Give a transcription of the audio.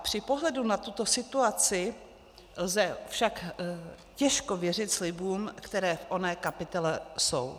Při pohledu na tuto situaci lze však těžko věřit slibům, které v oné kapitole jsou.